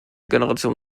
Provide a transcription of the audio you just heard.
generation